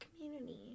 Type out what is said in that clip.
community